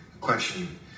Question